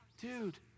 Dude